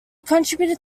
contributed